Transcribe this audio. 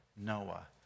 Noah